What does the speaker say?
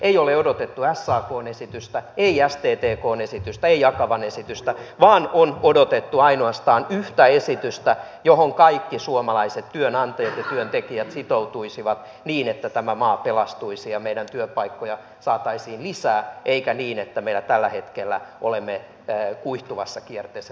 ei ole odotettu sakn esitystä ei sttkn esitystä ei akavan esitystä vaan on odotettu ainoastaan yhtä esitystä johon kaikki suomalaiset työnantajat ja työntekijät sitoutuisivat niin että tämä maa pelastuisi ja työpaikkoja saataisiin lisää eikä olisi niin kuin tällä hetkellä että meillä ollaan kuihtuvassa kierteessä työpaikkojenkin kohdalla